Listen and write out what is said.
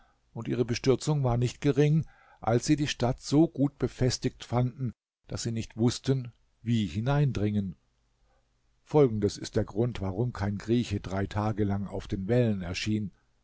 und ihre bestürzung war nicht gering als sie die stadt so gut befestigt fanden daß sie nicht wußten wie hineindringen folgendes ist der grund warum kein grieche drei tage lang auf den wällen erschien